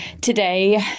today